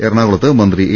എറണാകുളത്ത് മന്ത്രി എ